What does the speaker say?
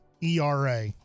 ERA